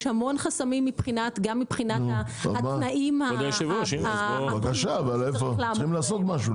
יש המון חסמים מבחינת התנאים --- אז צריכים לעשות משהו,